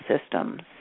systems